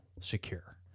secure